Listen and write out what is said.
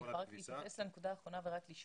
אם אני יכולה רק להיכנס לנקודה האחרונה ולשאול,